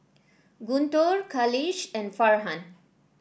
Guntur Khalish and Farhan